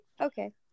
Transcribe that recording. Okay